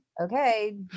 okay